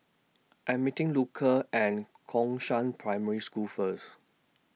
I'm meeting Luka and Gongshang Primary School First